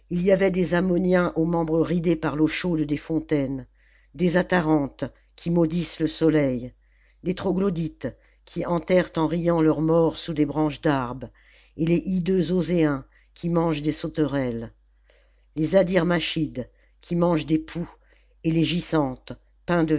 ii y avait des ammoniens aux membres ridés par l'eau chaude des fontaines des atarantes qui maudissent le soleil des troglo dy tes qui enterrent en riant leurs morts sous des branches d'arbre et les hideux auséens qui mangent des sauterelles les adyrmachides qui mangent des poux et les